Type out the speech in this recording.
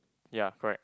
ya correct